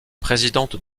présidente